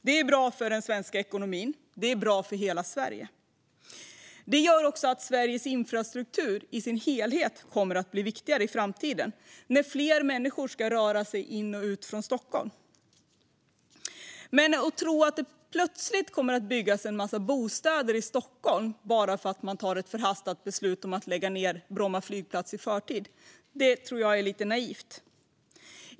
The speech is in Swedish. Det är bra för svensk ekonomi och för hela landet, och infrastrukturen kommer att bli ännu viktigare när fler människor ska röra sig till och från Stockholm. Men att tro att det plötsligt kommer att byggas en massa bostäder i Stockholm bara för att man tar ett förhastat beslut att lägga ned Bromma flygplats i förtid är lite naivt.